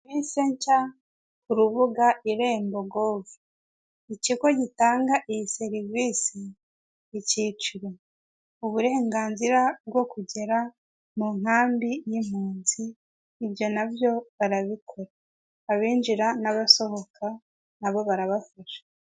Nahise njya ku rubuga irembo gove ikigo gitanga iyi serivisi, icyiciro uburenganzira bwo kugera mu nkambi y'impunzi, ibyo na byo barabikora abinjira n'abasohoka nabo barabafasha.